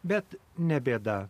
bet ne bėda